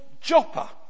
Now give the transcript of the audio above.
Joppa